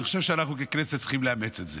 אני חושב שאנחנו, ככנסת, צריכים לאמץ את זה.